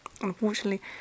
Unfortunately